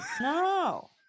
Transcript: No